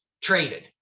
traded